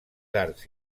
arcs